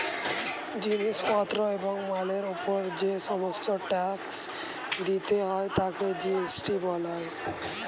জিনিস পত্র এবং মালের উপর যে সমস্ত ট্যাক্স দিতে হয় তাকে জি.এস.টি বলা হয়